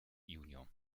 jun